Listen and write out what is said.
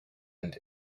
and